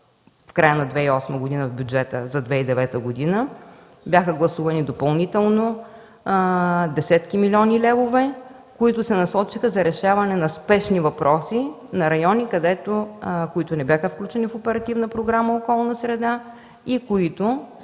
в края на 2008 г., в бюджета за 2009 г., бяха гласувани допълнително десетки милиони левове, които се насочиха за решаване на спешни въпроси в райони, които не бяха включени в Оперативна програма „Околна среда” и които